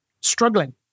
struggling